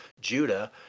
Judah